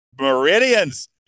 Meridians